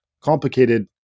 complicated